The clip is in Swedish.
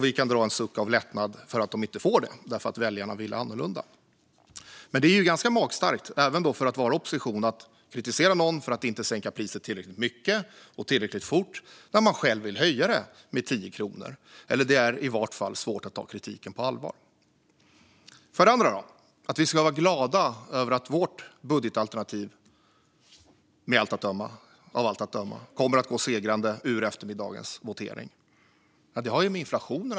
Vi kan dra en suck av lättnad över att de inte får det, för väljarna ville annorlunda, och det är ganska magstarkt, även från partier i opposition, att kritisera någon för att inte sänka priset tillräckligt mycket och tillräckligt fort när man själv vill höja det med 10 kronor. Det är i vart fall svårt att ta kritiken på allvar. Varför ska vi vara glada över att vårt budgetalternativ av allt att döma kommer att gå segrande ur eftermiddagens votering? Det har såklart att göra med inflationen.